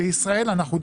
בישראל אנחנו,